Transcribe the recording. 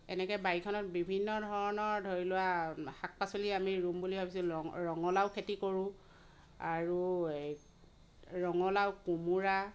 এনেকে বাৰীখনত বিভিন্ন ধৰণৰ ধৰি লোৱা শাক পাচলি আমি ৰুম বুলি ভাবিছোঁ ৰঙালাউ খেতি কৰোঁ আৰু এই ৰঙালাউ কোমোৰা